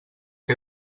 que